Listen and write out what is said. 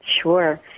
sure